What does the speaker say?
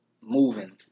moving